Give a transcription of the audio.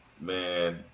Man